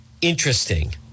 interesting